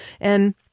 And-